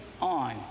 on